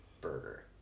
burger